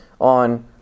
on